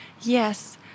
Yes